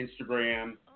Instagram